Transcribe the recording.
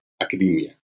academia